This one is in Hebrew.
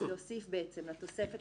להוסיף לתוספת